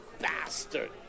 bastard